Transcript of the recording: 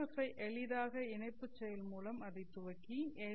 F I எளிதாக இணைப்புச் செயல் மூலம் அதை துவக்கி எல்